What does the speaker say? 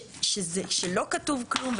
כשלא כתוב כלום,